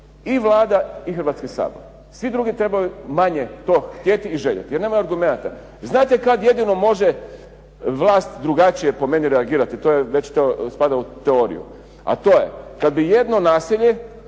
i Vlada i Hrvatski sabor, svi drugi trebaju manje to htjeti i željeti jer nema argumenata. Znate kada jedino može vlast drugačije po meni reagirati, to je već to spada u teoriju. A to je kada bi jedno naselje